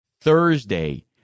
Thursday